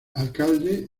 alcalde